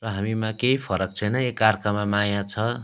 र हामीमा केही फरक छैन एकाअर्कामा माया छ